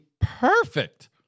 perfect